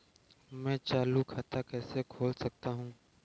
मैं चालू खाता कैसे खोल सकता हूँ?